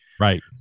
Right